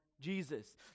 Jesus